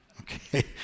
Okay